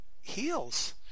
heals